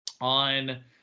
on